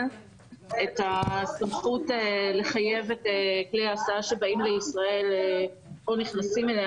את הסמכות לחייב את כלי ההסעה שבאים לישראל או נכנסים אליה